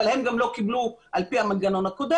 אבל הם גם לא קיבלו על פי המנגנון הקודם,